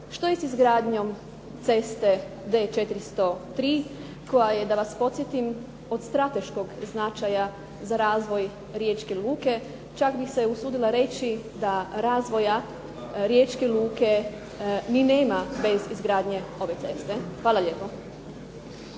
Što je sa izgradnjom ceste D403 koja je da vas podsjetim od strateškog značaja za razvoj Riječke luke. Čak bih se usudila reći da razvoja Riječke luke ni nema bez izgradnje ove ceste. Hvala lijepo.